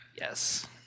Yes